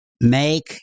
make